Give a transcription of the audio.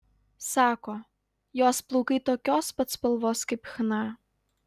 sako jos plaukai tokios pat spalvos kaip chna